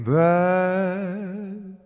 back